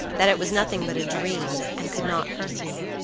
that it was nothing but a dream and could not hurt me.